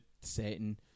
setting